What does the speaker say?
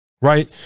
right